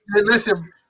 Listen